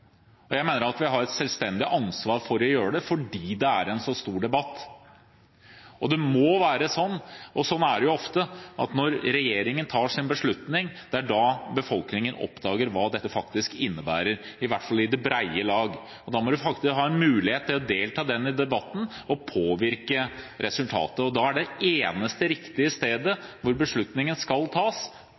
Jeg mener at vi har et selvstendig ansvar for å gjøre det, fordi det er en så stor debatt. Det er jo ofte slik at det er når regjeringen tar sin beslutning, at befolkningen oppdager hva dette faktisk innebærer, i hvert fall i det brede lag – og da må man ha en mulighet til å delta i den debatten og påvirke resultatet. Og da er Stortinget det eneste riktige stedet hvor beslutningen skal tas,